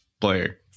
player